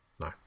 No